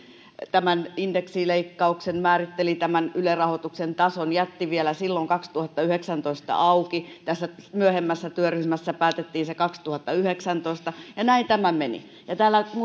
tämän indeksileikkauksen määritteli tämän yle rahoituksen tason jätti vielä silloin kaksituhattayhdeksäntoistan auki tässä myöhemmässä työryhmässä päätettiin se kaksituhattayhdeksäntoista ja näin tämä meni täällä